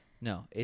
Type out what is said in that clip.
No